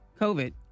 COVID